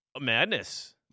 madness